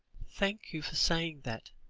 thank you for saying that,